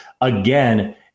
Again